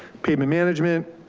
pavement management,